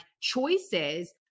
choices